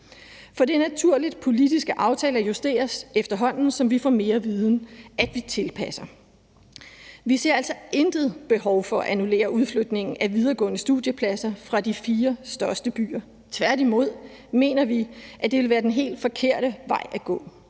For det er naturligt, at politiske aftaler justeres, efterhånden som vi får mere viden, altså at vi tilpasser dem. Vi ser altså intet behov for at annullere udflytningen af videregående studiepladser fra de fire største byer. Tværtimod mener vi, at det ville være den helt forkerte vej at gå.